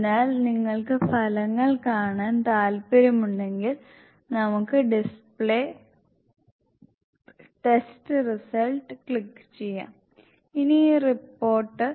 അതിനാൽ നിങ്ങൾക്ക് ഫലങ്ങൾ കാണാൻ താൽപ്പര്യമുണ്ടെങ്കിൽ നമുക്ക് ഡിസ്പ്ലേ ടെസ്റ്റ് റിസൾട്ടിൽ ക്ലിക്ക് ചെയ്യാം ഇനി ഈ റിപ്പോർട്ട്